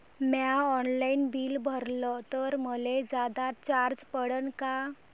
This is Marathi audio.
म्या ऑनलाईन बिल भरलं तर मले जादा चार्ज पडन का?